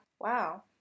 Wow